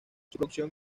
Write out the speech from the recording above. producción